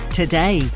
today